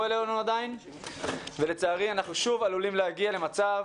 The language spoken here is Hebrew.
אלינו ולצערי אנחנו שוב עלולים להגיע למצב